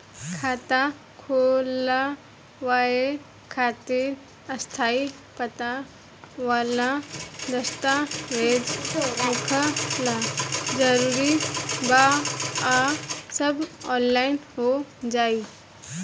खाता खोलवावे खातिर स्थायी पता वाला दस्तावेज़ होखल जरूरी बा आ सब ऑनलाइन हो जाई?